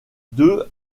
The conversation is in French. deux